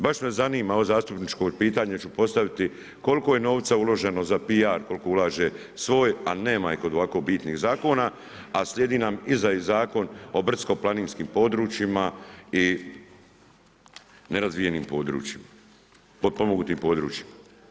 Baš me zanima, zastupničko pitanje ću postaviti, koliko je novca uloženo za PR, koliko ulaže svoj, a nema je kod ovako bitnih zakona, a slijedi nam iza i Zakon o brdsko-planinskim područjima i nerazvijenim područjima, potpomognutim područjima.